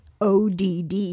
ODD